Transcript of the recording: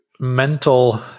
Mental